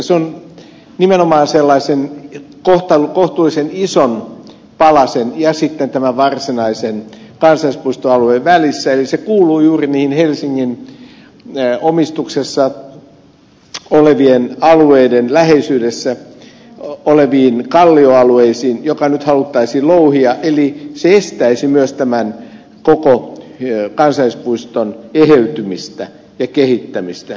se on nimenomaan kohtuullisen ison palasen ja sitten tämän varsinaisen kansallispuistoalueen välissä eli se kuuluu juuri niihin helsingin omistuksessa olevien alueiden läheisyydessä oleviin kallioalueisiin jotka nyt haluttaisiin louhia eli se estäisi myös tämän koko kansallispuiston eheytymistä ja kehittämistä